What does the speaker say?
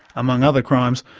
among other crimes,